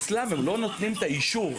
אצלם הם לא נותנים את האישור,